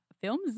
Films